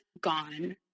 gone